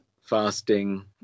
fasting